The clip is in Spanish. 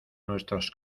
nuestros